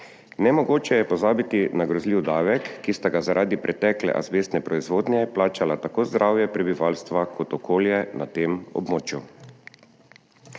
Nemogoče je pozabiti na grozljiv davek, ki sta ga zaradi pretekle azbestne proizvodnje plačala tako zdravje prebivalstva kot okolje na tem območju,